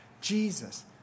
Jesus